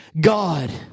God